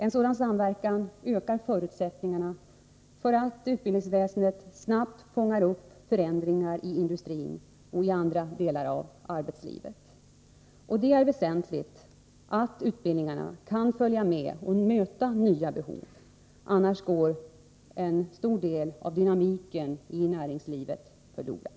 En sådan samverkan ökar förutsättningarna för att utbildningsväsendet snabbt fångar upp förändringar i industrin och i andra delar av arbetslivet. Och det är väsentligt att utbildningarna kan följa med och möta nya behov. Annars går en stor del av dynamiken i näringslivet förlorad.